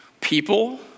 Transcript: people